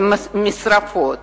למשרפות,